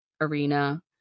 arena